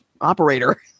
operator